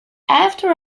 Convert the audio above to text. after